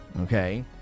Okay